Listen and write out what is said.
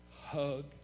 hug